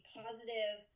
positive